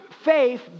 Faith